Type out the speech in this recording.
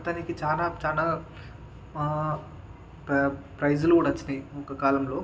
అతనికి చాలా చాలా ప్రై ప్రైజ్లు కూడా వచ్చినాయి ఒక కాలంలో